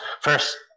first